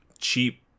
cheap